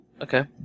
Okay